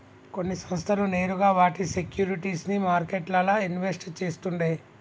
కొన్ని సంస్థలు నేరుగా వాటి సేక్యురిటీస్ ని మార్కెట్లల్ల ఇన్వెస్ట్ చేస్తుండే